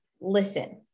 listen